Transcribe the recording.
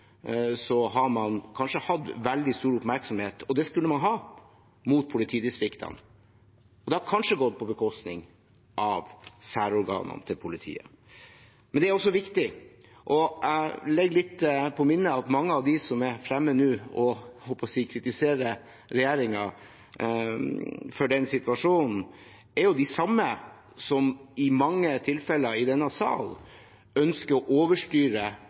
har man kanskje hatt veldig stor oppmerksomhet – og det skulle man ha – mot politidistriktene, og det har kanskje gått på bekostning av særorganene til politiet. Men det er også viktig å legge seg litt på minne at mange av dem som er fremme nå og kritiserer – holdt jeg på å si – regjeringen for denne situasjonen, er jo de samme som i mange tilfeller i denne salen ønsker å overstyre